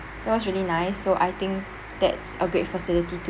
that was really nice so I think that's a great facility to